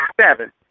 seven